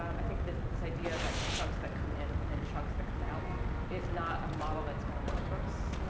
um i think this this idea of, like, chunks that come in and then chunks that come out is not a model that's gonna work for us